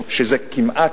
שזה כמעט,